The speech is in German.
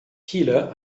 chile